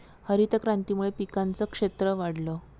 हरितक्रांतीमुळे पिकांचं क्षेत्र वाढलं